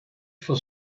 for